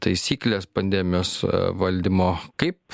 taisyklės pandemijos valdymo kaip